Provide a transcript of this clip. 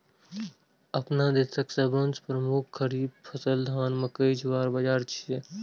अपना देशक सबसं प्रमुख खरीफ फसल धान, मकई, ज्वार, बाजारा छियै